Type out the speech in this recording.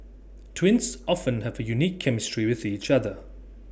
twins often have A unique chemistry with each other